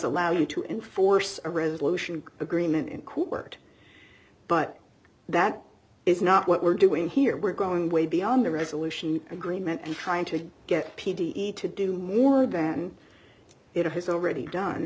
allow you to enforce a resolution agreement and cool work but that is not what we're doing here we're going way beyond the resolution agreement and trying to get p d e to do more than it has already done